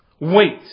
Wait